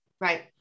Right